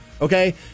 Okay